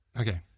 Okay